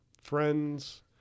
friends